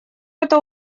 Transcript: это